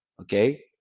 Okay